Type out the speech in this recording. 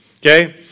okay